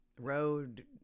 road